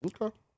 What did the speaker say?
Okay